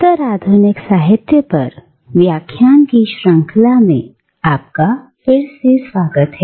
उत्तर आधुनिक साहित्य पर व्याख्यान की श्रंखला में आपका फिर से स्वागत है